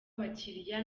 abakiliya